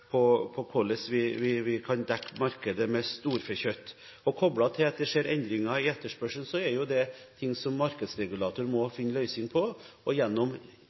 hvordan vi kan dekke markedets behov for storfekjøtt. Koblet til at det skjer endringer i etterspørselen, så er dette ting som markedsregulatoren må finne en løsning på, og gjennom